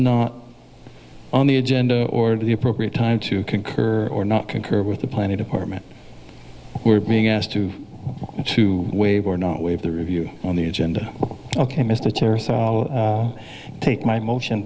not on the agenda or the appropriate time to concur or not concur with the planning department we're being asked to to waive or not waive the review on the agenda ok mister i take my motion